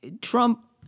Trump